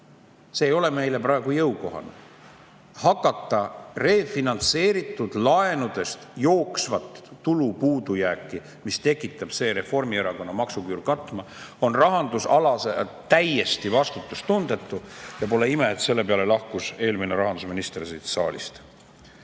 ei ole meile praegu jõukohane. Hakata refinantseeritud laenudest katma jooksvat tulupuudujääki, mille tekitab see Reformierakonna [ettepanek], on rahandusalaselt täiesti vastutustundetu. Pole ime, et selle peale lahkus eelmine rahandusminister siit saalist.